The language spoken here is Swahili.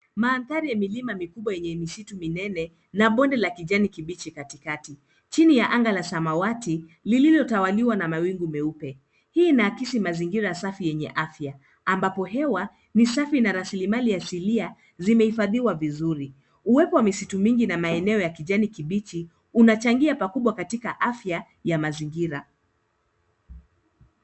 Mandhari ya milima mikubwa yenye misitu minene, na bonde la kijani kibichi katikati. Chini ya anga la samawati, lililotawaliwa na mawingu meupe. Hii inaakisi mazingira safi yenye afya, ambapo hewa ni safi na rasilimali asilia, zimehifadhiwa vizuri. Uwepo wa misitu mingi na maeneo ya kijani kibichi unachangia pakubwa katika afya ya mazingira.